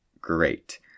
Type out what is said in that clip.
great